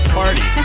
party